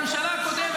בממשלה הקודמת,